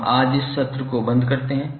हम आज इस सत्र को बंद करते हैं